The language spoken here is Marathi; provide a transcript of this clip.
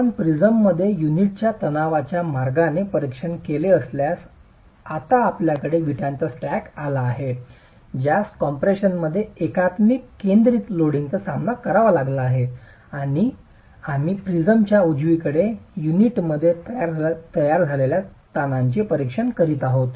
आपण प्रिझममध्येच युनिटच्या ताणतणावाच्या मार्गाचे परीक्षण केले असल्यास आता आपल्याकडे विटांचा स्टॅक आला आहे ज्यास कॉम्प्रेशनमध्ये एकात्मिक केंद्रित लोडिंगचा सामना करावा लागला आहे आणि आम्ही प्रिझमच्या उजवीकडे युनिटमध्ये तयार झालेल्या ताणांचे परीक्षण करीत आहोत